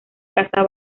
casa